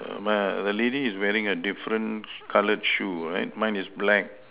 err my the lady is wearing a different coloured shoe right mine is black